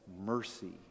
mercy